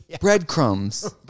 Breadcrumbs